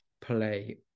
play